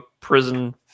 prison